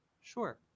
Sure